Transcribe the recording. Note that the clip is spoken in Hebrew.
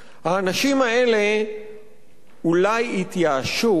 האנשים האלה אולי התייאשו,